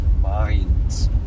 minds